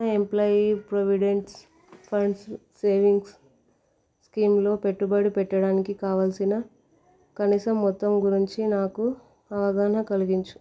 employee providents funds savings స్కీమ్లో పెట్టుబడి పెట్టడానికి కావలసిన కనీసం మొత్తం గురించి నాకు అవగాహన కలిగించు